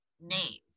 names